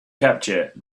capture